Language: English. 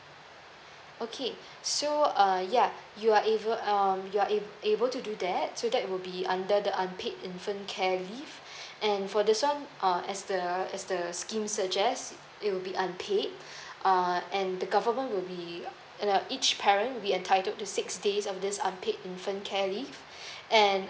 okay so uh ya you are able um you are able you are able to do that so that it will be under the unpaid infant care leave and for this one uh as the as the scheme suggest it will be unpaid um and the government will be um each parent will be entitled to six days of this unpaid infant care leave and